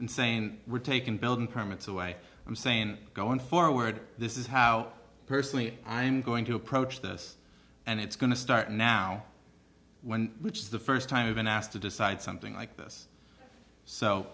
and saying we're taking building permits away i'm saying going forward this is how personally i'm going to approach this and it's going to start now which is the first time i've been asked to decide something like this so